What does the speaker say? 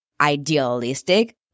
idealistic